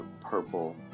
purple